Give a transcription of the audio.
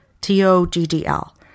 T-O-G-D-L